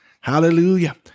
Hallelujah